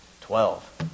Twelve